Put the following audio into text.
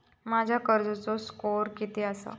माझ्या कर्जाचो स्कोअर किती आसा?